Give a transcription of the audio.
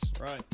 Right